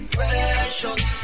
Precious